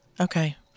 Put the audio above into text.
Okay